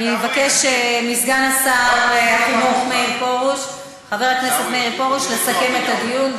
אני אבקש מסגן שר החינוך חבר הכנסת מאיר פרוש לסכם את הדיון.